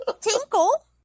tinkle